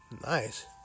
nice